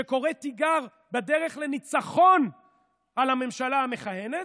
שקורא תיגר בדרך לניצחון על הממשלה המכהנת,